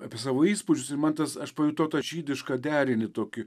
apie savo įspūdžiusir man tas aš pajutau tą žydišką derinį tokį